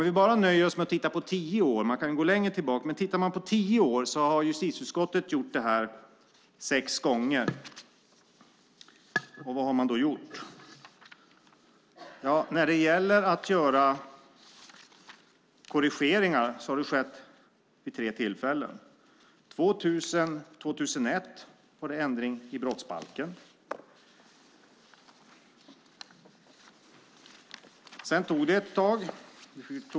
Vi kan nöja oss med att titta tillbaka tio år - man kan gå längre tillbaka - ser man att justitieutskottet har gjort detta sex gånger. Vad har man då gjort? Korrigeringar har skett vid tre tillfällen. År 2000/01 var det en ändring i brottsbalken. Sedan tog det ett tag.